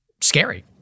scary